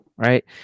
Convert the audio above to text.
Right